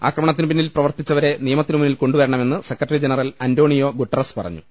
ആക്ര മണത്തിന് പിന്നിൽ പ്രവർത്തിച്ചവരെ നിയമത്തിനുമുന്നിൽ കൊണ്ടുവരണമെന്ന് സെക്രട്ടറി ജനറൽ അന്റോണിയോ ഗുട്ടറസ് പറഞ്ഞു